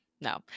No